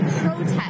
protest